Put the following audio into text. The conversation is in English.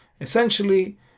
Essentially